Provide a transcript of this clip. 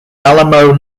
alamo